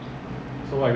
full